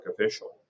official